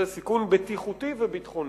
זה סיכון בטיחותי וביטחוני.